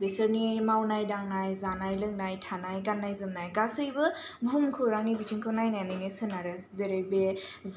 बेसोरनि मावनाय दांनाय जानाय लोंनाय थानाय गाननाय जोमनाय गासैबो भुमखौरांनि बिथिंखौ नायनानैनो सोनारो जेरै बे